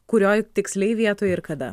kurioj tiksliai vietoj ir kada